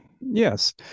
Yes